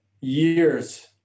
Years